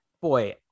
boy